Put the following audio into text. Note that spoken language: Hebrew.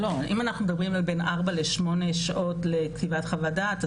אם אנחנו מדברים על בין ארבע לשמונה שעות לכתיבת חוות דעת,